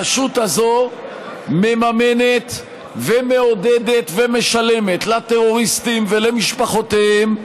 הרשות הזאת מממנת ומעודדת ומשלמת לטרוריסטים ולמשפחותיהם,